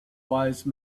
wise